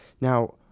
Now